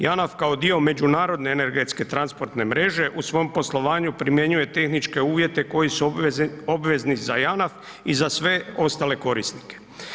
Janaf kao dio međunarodne energetske transportne mreže u svoj poslovanju primjenjuje tehničke uvjete koji su obvezni za Janaf i za sve ostale korisnike.